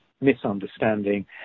misunderstanding